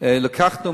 לקחנו,